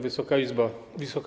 Wysoka Izbo!